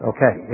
Okay